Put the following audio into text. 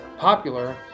popular